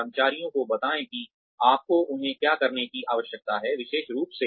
कर्मचारियों को बताएं कि आपको उन्हें क्या करने की आवश्यकता है विशेष रूप से